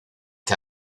que